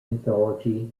mythology